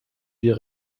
wir